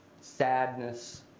sadness